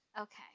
Okay